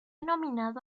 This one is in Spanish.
nominado